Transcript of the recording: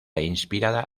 inspirada